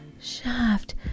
shaft